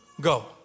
go